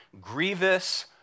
grievous